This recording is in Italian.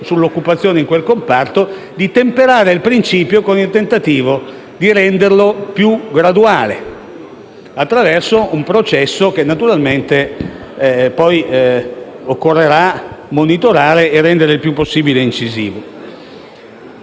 sull'occupazione in quel comparto, di temperare il principio con il tentativo di renderlo più graduale, attraverso un processo che poi occorrerà monitorare e rendere il più possibile incisivo.